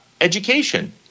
education